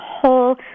whole